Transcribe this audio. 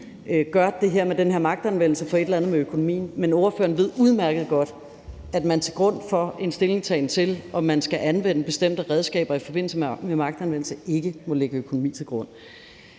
gør det her med den her magtanvendelse på grund af et eller andet med økonomien. Men ordføreren ved udmærket godt, at man til grund for en stillingtagen til, om man skal anvende bestemte redskaber i forbindelse med magtanvendelse, ikke må lægge økonomi til grund.